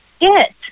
Yes